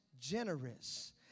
Generous